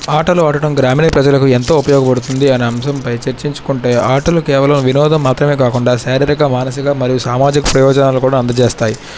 ఆటలు ఆడటం గ్రామీణ ప్రజలకు ఎంతో ఉపయోగపడుతుంది అనే అంశంపై చర్చించుకుంటే ఆటలు కేవలం వినోదం మాత్రమే కాకుండా శారీరక మానసిక మరియూ సామాజిక ప్రయోజనాలను కూడా అందచేస్తాయి